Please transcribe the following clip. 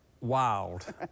wild